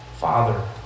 Father